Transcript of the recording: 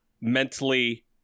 mentally